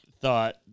thought